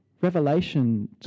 Revelation